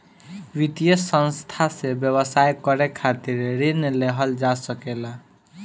वित्तीय संस्था से व्यवसाय करे खातिर ऋण लेहल जा सकेला